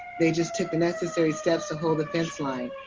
they just took the necessary steps to hold the best light.